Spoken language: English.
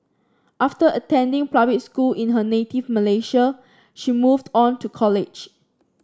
after attending public school in her native Malaysia she moved on to college